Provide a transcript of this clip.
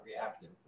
reactive